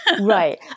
right